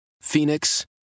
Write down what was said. Phoenix